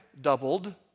doubled